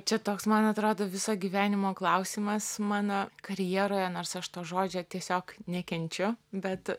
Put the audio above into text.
čia toks man atrodo viso gyvenimo klausimas mano karjeroje nors aš to žodžio tiesiog nekenčiu bet